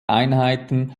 einheiten